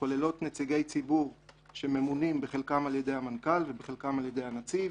כוללת נציגי ציבור שממונים בחלקם על ידי המנכ"ל ובחלקם על ידי הנציב,